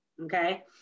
Okay